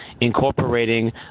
incorporating